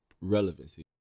relevancy